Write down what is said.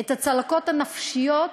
את הצלקות הנפשיות,